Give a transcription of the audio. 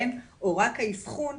או רק האבחון,